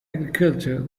agriculture